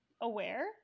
aware